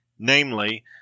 Namely